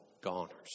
goners